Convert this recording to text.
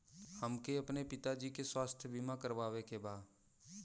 हमके अपने पिता जी के स्वास्थ्य बीमा करवावे के बा?